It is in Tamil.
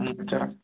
முடிஞ்சிச்சா